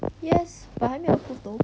yes but 还没有 approve though